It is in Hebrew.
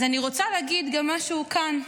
אז אני רוצה להגיד גם משהו כאן.